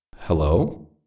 hello